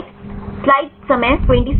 right